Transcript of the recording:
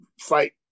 fight